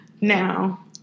now